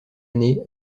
année